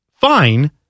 fine